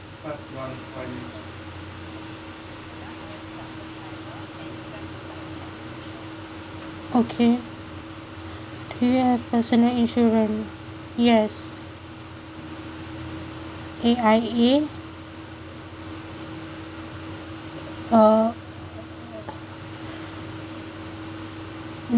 okay do you have personal insurance yes A_I_A uh